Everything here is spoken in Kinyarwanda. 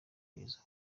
kugeza